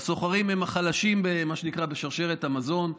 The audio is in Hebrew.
והשוכרים הם החלשים בשרשרת המזון,